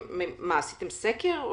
עשיתם סקר?